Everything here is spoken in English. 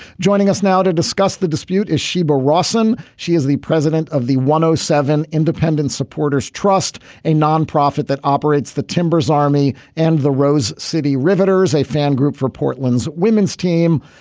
joining us now to discuss the dispute is sheba rossum. she is the president of the one zero ah seven independent supporters trust a nonprofit that operates the timbers army and the rose city rivers a fan group for portland's women's team.